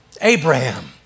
Abraham